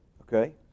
okay